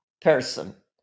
person